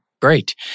Great